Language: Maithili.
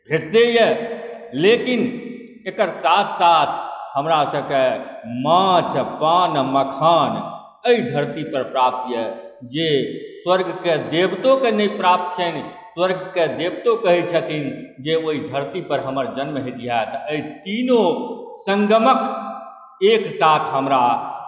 भेटते यए लेकिन एकर साथ साथ हमरा सभकेँ माछ पान मखान एहि धरतीपर प्राप्त यए जे स्वर्गके देवतोकेँ नहि प्राप्त छनि स्वर्गके देवतो कहैत छथिन जे ओहि धरतीपर हमर जन्म होइतिहे एहि तीनो सङ्गमक एक साथ हमरा